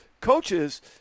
coaches